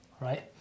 right